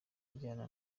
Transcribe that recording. ajyana